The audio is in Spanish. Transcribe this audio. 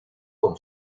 con